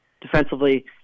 defensively